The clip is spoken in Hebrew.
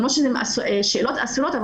הן לא שאלות אסורות,